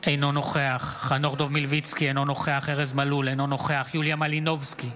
אינו נוכח ארז מלול, אינו נוכח יוליה מלינובסקי,